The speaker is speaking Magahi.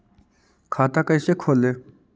खाता कैसे खोले?